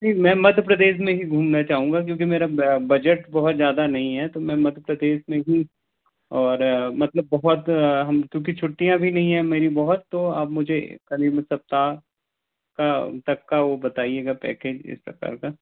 जी मैं मध्य प्रदेश में ही घूमना चाहूँगा क्योंकि मेरा बजट बहुत ज़्यादा नहीं है तो मैं मध्य प्रदेश में ही और मतलब बहुत हम क्योंकि छुट्टियाँ भी नहीं है मेरी बहुत तो आप मुझे अगले सप्ताह तक का वो बताइएगा पैकेज़ इस प्रकार का